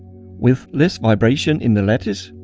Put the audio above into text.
with less vibration in the lattice,